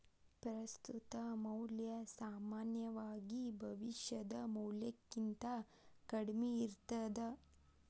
ಪ್ರಸ್ತುತ ಮೌಲ್ಯ ಸಾಮಾನ್ಯವಾಗಿ ಭವಿಷ್ಯದ ಮೌಲ್ಯಕ್ಕಿಂತ ಕಡ್ಮಿ ಇರ್ತದ